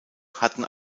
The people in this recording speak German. hatten